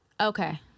okay